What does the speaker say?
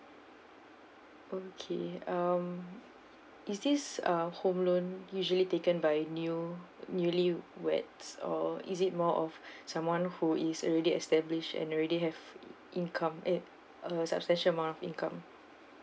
okay um is this uh home loan usually taken by new newly weds or is it more of someone who is already established and already have income eh a substantial amount of income